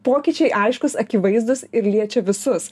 pokyčiai aiškūs akivaizdūs ir liečia visus